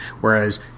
Whereas